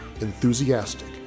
enthusiastic